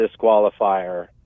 disqualifier